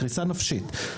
קריסה נפשית.